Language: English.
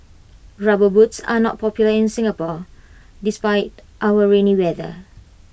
rubber boots are not popular in Singapore despite our rainy weather